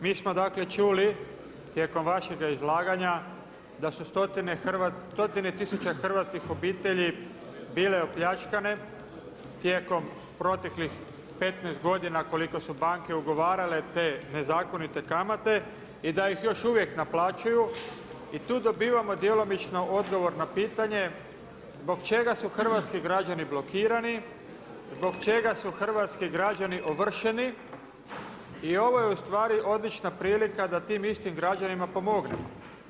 Mi smo čuli tijekom vašeg izlaganja da su stotine tisuća hrvatskih obitelji bile opljačkane tijekom proteklih 15 godina koliko su banke ugovarale te nezakonite kamate i da ih još uvijek naplaćuju i tu dobivamo djelomično odgovor na pitanje, zbog čega su hrvatski građani blokirani, zbog čega su hrvatski građani ovršeni i ovo je ustvari odlična prilika da tim istim građanima pomognemo.